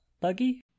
Buggy